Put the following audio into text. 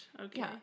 Okay